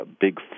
big